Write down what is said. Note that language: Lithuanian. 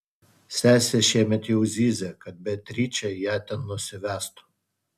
sesė šiemet jau zyzė kad beatričė ją ten nusivestų